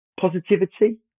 positivity